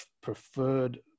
preferred